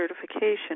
certification